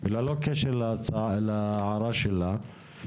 ללא קשר להערה שלה,